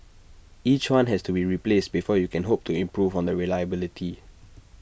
each one has to be replaced before you can hope to improve on the reliability